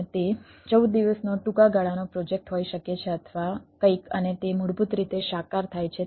અને તે 14 દિવસનો ટૂંકા ગાળાનો પ્રોજેક્ટ હોઈ શકે છે અથવા કંઈક અને તે મૂળભૂત રીતે સાકાર થાય છે